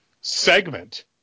segment